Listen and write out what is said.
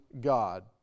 God